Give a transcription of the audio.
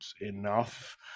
enough